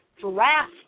giraffe